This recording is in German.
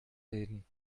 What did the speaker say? reden